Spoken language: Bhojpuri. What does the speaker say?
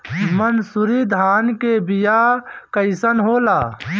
मनसुरी धान के बिया कईसन होला?